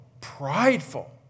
prideful